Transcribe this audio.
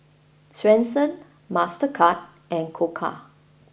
Swensens Mastercard and Koka